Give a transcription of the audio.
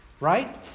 Right